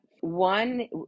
One